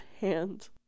hand